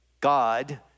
God